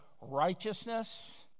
righteousness